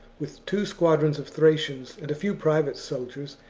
with two squadrons of thracians and a few private soldiers,